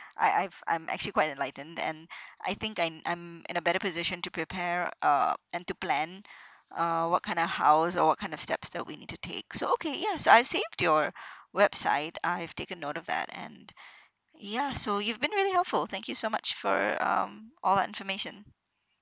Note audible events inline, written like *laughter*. I I've I'm actually quite enlightened and *breath* I think I'm I'm in a better position to prepare uh and to plan uh what kind of house or what kind of steps that we need to take so okay yeah I saved your website I've taken note of that and ya so you've been really helpful thank you so much for um all that information